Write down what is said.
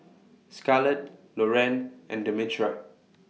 Scarlett Loren and Demetra